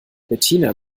bettina